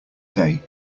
day